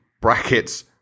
brackets